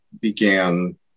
began